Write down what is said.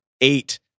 eight